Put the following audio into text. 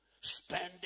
Spending